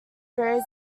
berries